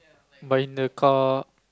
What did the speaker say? but in the car